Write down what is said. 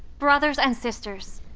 brothers and sisters,